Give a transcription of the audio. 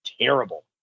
terrible